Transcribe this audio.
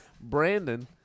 Brandon